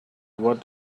what